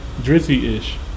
Drizzy-ish